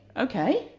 ok!